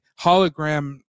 hologram